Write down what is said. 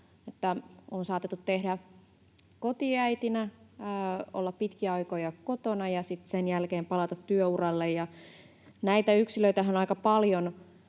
on saatettu olla kotiäitinä pitkiä aikoja kotona ja sitten sen jälkeen palata työuralle. Näitä yksilöitähän on aika paljon